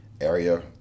Area